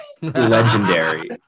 legendary